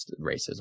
racism